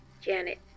Janet